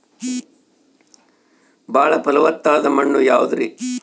ಬಾಳ ಫಲವತ್ತಾದ ಮಣ್ಣು ಯಾವುದರಿ?